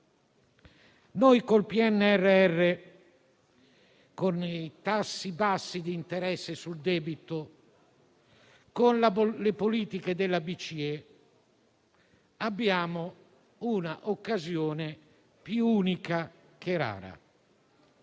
Noi col PNRR, con i tassi bassi di interesse sul debito, con le politiche della BCE, abbiamo un'occasione più unica che rara: